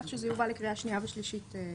כך שזה יובא לקריאה שנייה ושלישית ביחד,